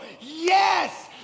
yes